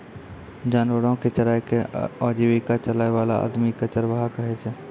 जानवरो कॅ चराय कॅ आजीविका चलाय वाला आदमी कॅ चरवाहा कहै छै